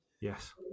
Yes